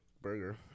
burger